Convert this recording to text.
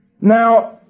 Now